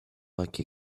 like